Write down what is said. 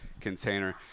container